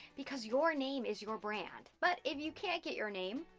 because your name is your brand. but if you can't get your name,